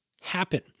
happen